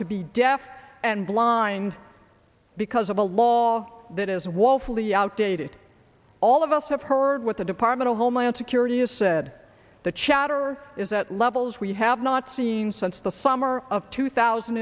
to be deaf and blind because of a law that is woefully outdated all of us have heard what the department of homeland security has said the chatter is at levels we have not seen since the summer of two thousand